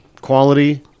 quality